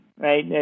right